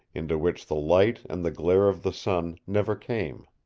into which the light and the glare of the sun never came.